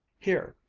here,